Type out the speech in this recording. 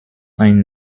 ein